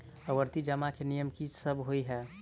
आवर्ती जमा केँ नियम की सब होइ है?